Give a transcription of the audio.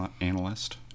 analyst